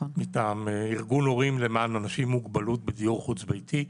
מטעם ארגון הורים למען אנשים עם מוגבלות בדיור חוץ ביתי.